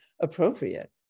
appropriate